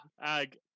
Ag